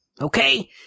Okay